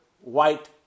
white